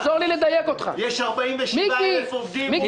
יש 47,000 עובדים --- שר התחבורה